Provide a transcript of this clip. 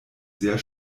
sehr